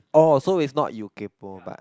orh so it's not you kaypoh but